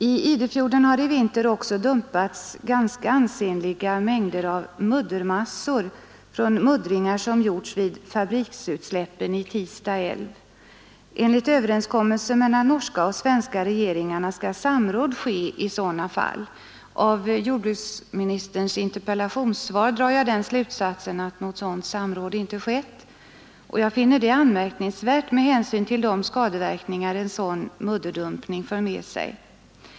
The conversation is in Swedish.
I Idefjorden har i vinter också dumpats ganska ansenliga mängder av muddermassor från muddringar som gjorts vid fabriksutsläppen i Tista älv. Enligt överenskommelse mellan norska och svenska regeringarna skall samråd ske i sådana fall. Av jordbruksministerns interpellationssvar drar jag den slutsatsen, att något sådant samråd inte skett. Jag finner det anmärkningsvärt med hänsyn till de skadeverkningar en sådan mudderdumpning för med sig.